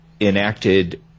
enacted